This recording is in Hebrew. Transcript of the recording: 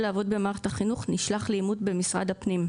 לעבוד במערכת החינוך נשלח לאימות במשרד הפנים,